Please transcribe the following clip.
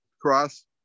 cross